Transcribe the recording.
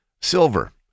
Silver